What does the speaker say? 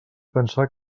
pensar